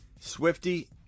Swifty